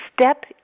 Step